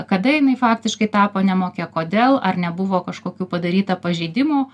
kada jinai faktiškai tapo nemokia kodėl ar nebuvo kažkokių padaryta pažeidimų